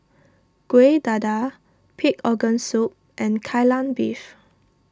Kueh Dadar Pig Organ Soup and Kai Lan Beef